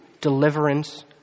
deliverance